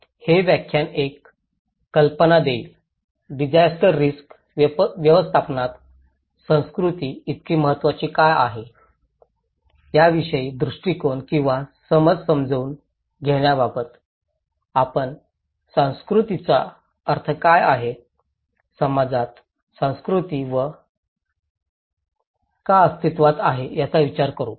हे व्याख्यान एक कल्पना देईल डिसास्टर रिस्क व्यवस्थापनात संस्कृती इतकी महत्वाची का आहे याविषयी दृष्टीकोन किंवा समज समजून घेण्याबाबत आपण संस्कृतीचा अर्थ काय आहे समाजात संस्कृती का अस्तित्त्वात आहे याचा विचार करू